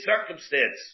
circumstance